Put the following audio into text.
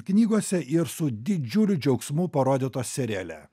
knygose ir su didžiuliu džiaugsmu parodytos seriale